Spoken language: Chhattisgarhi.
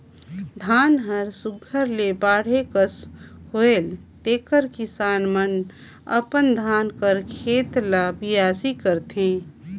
धान हर सुग्घर ले बाढ़े कस होएल तेकर किसान मन अपन धान कर खेत ल बियासी करथे